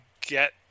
get